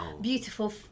beautiful